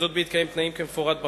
וזאת בהתקיים תנאים כמפורט בחוק.